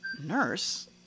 Nurse